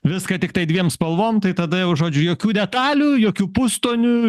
viską tiktai dviem spalvom tai tada jau žodžiu jokių detalių jokių pustonių